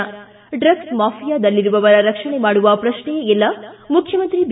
ಿ ಡ್ರಗ್ಲೆ ಮಾಫಿಯಾದಲ್ಲಿರುವವರ ರಕ್ಷಣೆ ಮಾಡುವ ಪ್ರಕ್ಷೆಯೇ ಇಲ್ಲ ಮುಖ್ಣಮಂತ್ರಿ ಬಿ